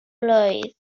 blwydd